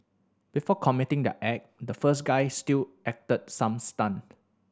before committing their act the first guy still acted some stunt